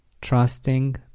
trusting